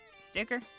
sticker